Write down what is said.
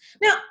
Now